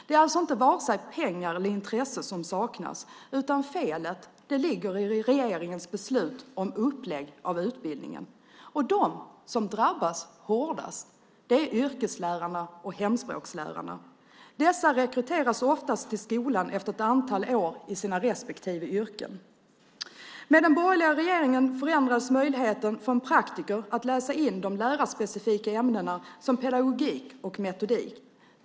Det är alltså inte vare sig pengar eller intresse som saknas, utan felet ligger i regeringens beslut om upplägg av utbildningen. De som drabbas hårdast är yrkeslärarna och hemspråkslärarna. Dessa rekryteras oftast till skolan efter ett antal år i sina respektive yrken. Med den borgerliga regeringen förändras möjligheten för en praktiker att läsa in de lärarspecifika ämnena, som pedagogik och metodik.